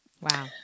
Wow